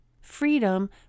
Freedom